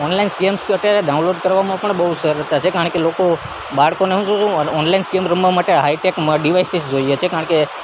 online games અત્યારે download કરવામાં પણ બહુ સરળતા છે કારણ કે લોકો બાળકોને શું ઓનલાઈન ગેમ્સ રમવા માટે હાઈટેક ડીવાઈસીસ જોઈએ છે કારણ કે